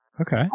Okay